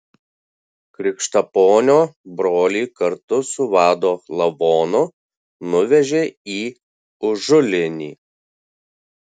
krikštaponio brolį kartu su vado lavonu nuvežė į užulėnį